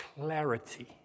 clarity